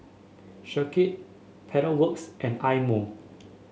Schick Pedal Works and Eye Mo